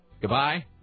Goodbye